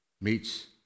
meets